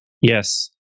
Yes